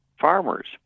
farmers